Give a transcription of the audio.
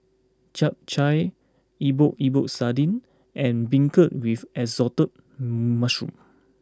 Chap Chai Epok Epok Sardin and Beancurd with Assorted Mushroom